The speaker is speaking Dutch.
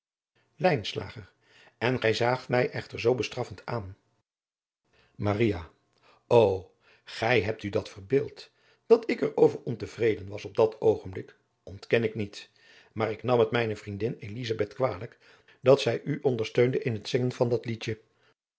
en gij zaagt mij echter zoo bestraffend aan maria o gij hebt u dat verbeeld dat ik er over ontevreden was op dat oogenblik ontken ik niet maar ik nam het mijne vriendin elizabeth kwalijk dat zij u onderileunde in het zingen van dat liedje